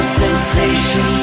sensation